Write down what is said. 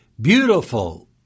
beautiful